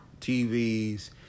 TVs